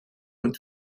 und